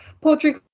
poetry